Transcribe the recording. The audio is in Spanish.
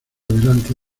delante